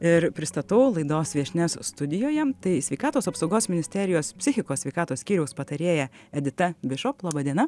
ir pristatau laidos viešnias studijoje tai sveikatos apsaugos ministerijos psichikos sveikatos skyriaus patarėja edita bišop laba diena